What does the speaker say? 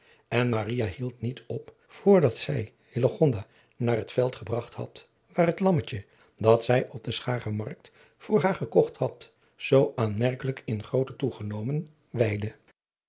en maria hield niet op voor dat zij hillegonda naar het veld gebragt had waar het lammetje dat zij op de schagermarkt voor haar gekocht had zoo aanmerkelijk in grootte toegenomen weidde